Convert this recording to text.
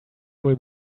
will